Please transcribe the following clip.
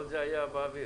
כל זה היה באוויר.